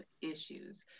issues